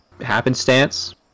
Happenstance